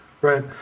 right